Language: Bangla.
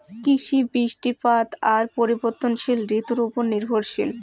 কৃষি, বৃষ্টিপাত আর পরিবর্তনশীল ঋতুর উপর নির্ভরশীল